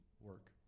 work